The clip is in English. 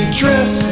dress